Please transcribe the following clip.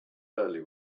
early